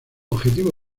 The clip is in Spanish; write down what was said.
objetivo